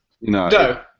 No